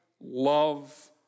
love